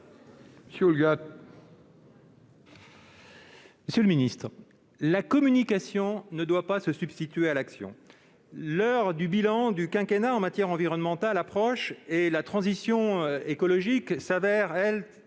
Monsieur le ministre, la communication ne doit pas se substituer à l'action. L'heure du bilan du quinquennat en matière environnementale approche, et la politique de transition écologique ressemble